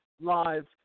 Live